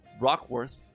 Rockworth